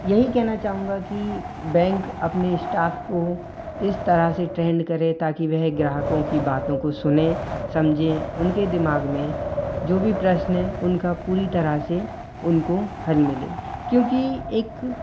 यही केहना चाहूँगा कि बैंक अपने स्टाफ को इस तरह से ट्रेंड करे ताकि वेह ग्राहकों की बातों को सुनें समझें उनके दिमाग़ में जो भी प्रश्न है उनका पूरी तरह से उनको हल मिले क्योंकि एक